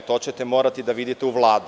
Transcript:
To ćete morati da vidite u Vladi.